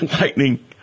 lightning